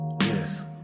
yes